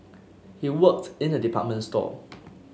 he worked in a department store